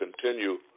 continue